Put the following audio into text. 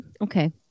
Okay